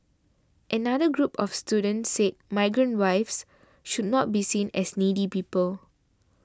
another group of students said migrant wives should not be seen as needy people